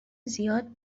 زیاد